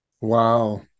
Wow